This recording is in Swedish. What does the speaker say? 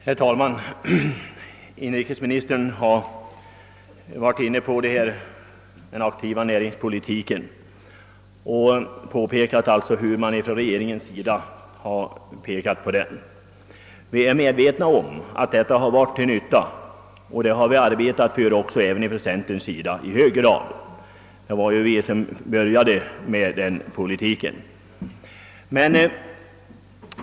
Herr talman! Inrikesministern underströk, när han talade om den aktiva näringspolitiken, den vikt som regeringen lagt vid denna. Vi är medvetna om att den har varit till nytta, och vi har också inom centern i hög grad verkat för den. Det var ju vi som började arbeta för denna politik.